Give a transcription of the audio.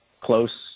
close